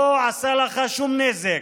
לא עשה לך שום נזק,